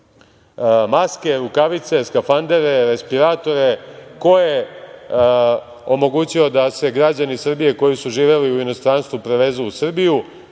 maske, rukavice, skafandere, respiratore, ko je omogućio da se građani Srbije, koji su živeli u inostranstvu, prevezu u Srbiju.